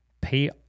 pay